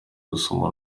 gusoma